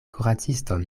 kuraciston